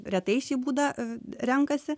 retai šį būdą renkasi